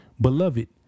beloved